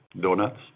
donuts